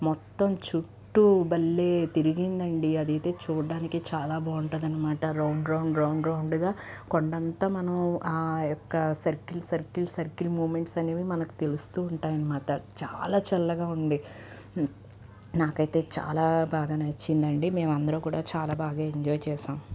మొత్తం చుట్టూ భలే తిరిగిందండి అది అయితే చూడ్డానికి చాలా బాగుంటది అనమాట రౌండ్ రౌండ్ రౌండ్ రౌండ్గా కొండంత మనం ఆ యొక్క సర్కిల్ సర్కిల్ సర్కిల్ మూమెంట్స్ అనేవి మనకు తెలుస్తూ ఉంటాయి అనమాట చాలా చల్లగా ఉంది నాకైతే చాలా బాగా నచ్చిందండి మేము అందరం కూడా చాలా బాగా ఎంజాయ్ చేశాం